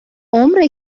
عمر